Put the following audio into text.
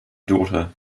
daughter